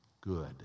good